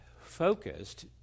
focused